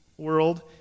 World